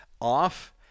off